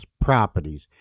properties